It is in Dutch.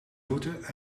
voeten